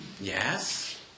Yes